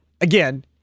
again